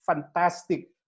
fantastic